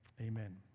Amen